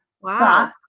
Wow